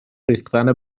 ریختن